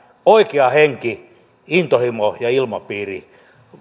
oikea henki intohimo ja ilmapiiri